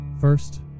first